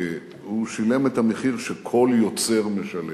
כי הוא שילם את המחיר שכל יוצר משלם,